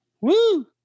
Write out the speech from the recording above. Woo